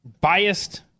biased